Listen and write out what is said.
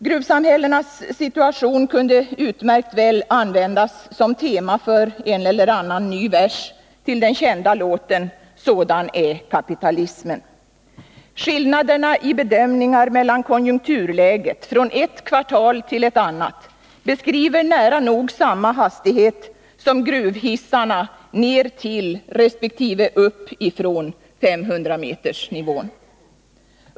Gruvsamhällenas situation kunde utmärkt väl användas som tema för en eller annan ny vers till den kända låten Sådan är kapitalismen. Bedömningarna av konjunkturläget från ett kvartal till ett annat varierar med nära nog samma hastighet som gruvhissarna ner till resp. upp ifrån 500-metersnivån.